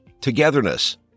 togetherness